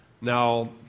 Now